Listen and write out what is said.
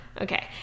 Okay